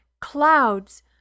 clouds